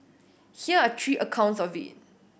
here are three accounts of it